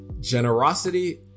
generosity